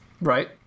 Right